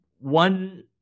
One